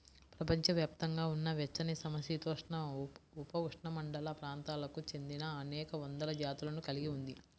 ప్రపంచవ్యాప్తంగా ఉన్న వెచ్చనిసమశీతోష్ణ, ఉపఉష్ణమండల ప్రాంతాలకు చెందినఅనేక వందల జాతులను కలిగి ఉంది